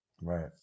right